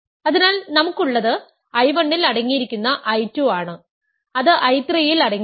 അതിനാൽ നമുക്ക് ഉള്ളത് I 1 ൽ അടങ്ങിയിരിക്കുന്ന I 2 ആണ് അത് I 3 ൽ അടങ്ങിയിരിക്കുന്നു